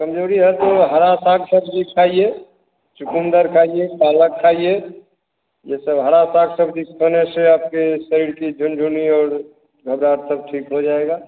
कमजोरी है तो हरा साग सब्जी खाइए चुकन्दर खाइए पालक खाइए ये सब हरा साग सब्जी खाने से आपके शरीर की झुनझुनी और घबराहट सब ठीक हो जाएगा